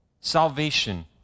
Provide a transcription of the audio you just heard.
Salvation